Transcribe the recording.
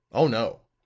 oh, no.